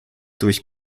durch